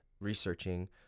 researching